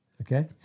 okay